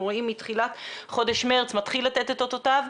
רואים מתחילת חודש מרץ מתחיל לתת את אותותיו.